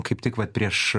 kaip tik vat prieš